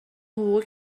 حقوقی